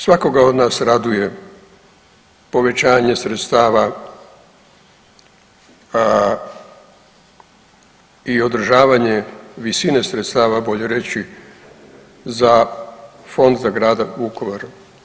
Svakoga od nas raduje povećanje sredstava i održavanje visine sredstava bolje reći za fond za grad Vukovar.